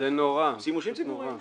פרטי כבעל הקרקע ורוצה לבנות למעלה.